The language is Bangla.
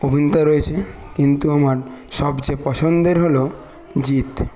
অভিনেতা রয়েছে কিন্তু আমার সবচেয়ে পছন্দের হল জিৎ